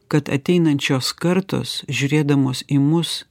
kad ateinančios kartos žiūrėdamos į mus